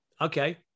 Okay